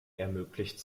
ermöglicht